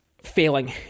failing